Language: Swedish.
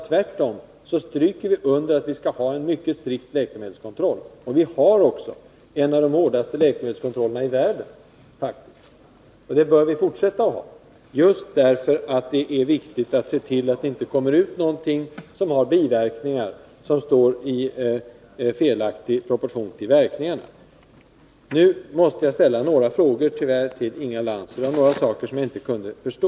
Tvärtom stryker vi under att vi skall hålla en mycket strikt läkemedelskontroll, och vi har faktiskt också en av de hårdaste läkemedelskontrollerna i världen. Och det bör vi fortsätta att ha, just därför att det är viktigt att se till att det inte kommer ut någonting på marknaden som har biverkningar som står i felaktig proportion till de positiva verkningarna. Nu måste jag tyvärr ställa några frågor till Inga Lantz, eftersom hon tog upp saker som jag inte kunde förstå.